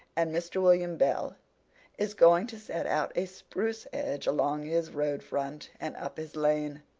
and mr. william bell is going to set out a spruce hedge along his road front and up his lane.